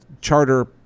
charter